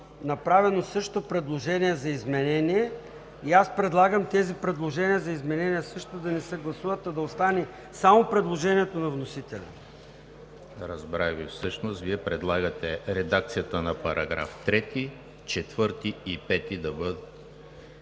направено също предложение за изменение и аз предлагам тези предложения за изменение също да не се гласуват, а да остане само предложението на вносителя. ПРЕДСЕДАТЕЛ ЕМИЛ ХРИСТОВ: Разбрах Ви. Всъщност Вие предлагате редакциите на § 3, 4 и 5 да бъдат